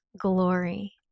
glory